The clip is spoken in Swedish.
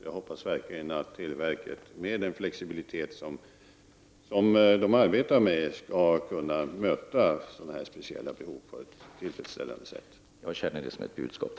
Jag hoppas verkligen att televerket med den flexibilitet som man arbetar med skall kunna möta sådana här speciella behov på ett tillfredsställande sätt.